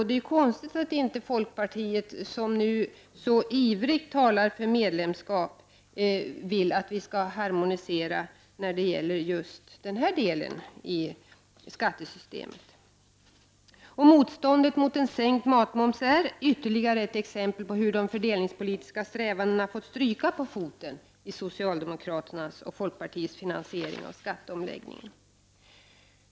Det är konstigt att inte folkpartiet, som nu så ivrigt talar för medlemskap, vill att vi skall harmonisera när det gäller just denna del i skattesystemet. Motståndet mot en sänkt matmoms är ytterligare ett exempel på hur de fördelningspolitiska strävandena fått stryka på foten i socialdemokraternas och folkpartiets finansiering av skatteomläggningen.